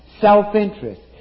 self-interest